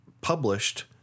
published